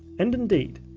and indeed,